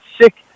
sick